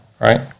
right